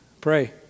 Pray